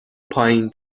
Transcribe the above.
پایین